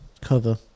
cover